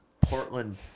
Portland